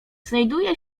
znajduje